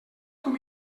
com